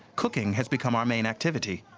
cooking has become our main activity.